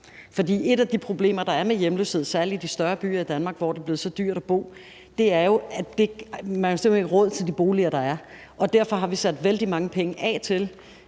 i forbindelse med hjemløshed, særlig i de større byer i Danmark, hvor det er blevet så dyrt at bo, er jo, at folk simpelt hen ikke har råd til de boliger, der er, og derfor har vi sat vældig mange penge af til,